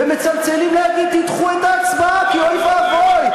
ומצלצלים להגיד: תדחו את ההצבעה כי אוי ואבוי.